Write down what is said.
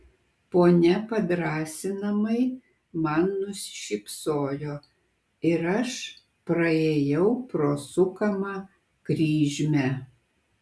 ponia padrąsinamai man nusišypsojo ir aš praėjau pro sukamą kryžmę